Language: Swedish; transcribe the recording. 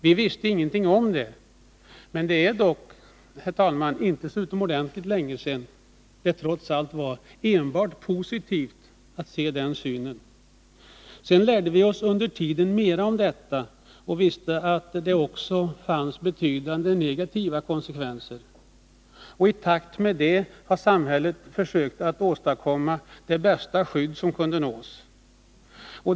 Vi visste ingenting om detta då, och det är, herr talman, inte så länge sedan det trots allt var enbart positivt att möta en sådan syn. Med tiden lärde vi oss dock mera och fick veta att detta också innebar betydande negativa konsekvenser. I takt med det har samhället försökt åstadkomma det bästa skydd som kunnat uppnås.